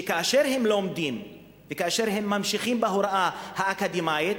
כאשר הם לומדים וכאשר הם ממשיכים בהוראה האקדמית,